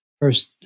first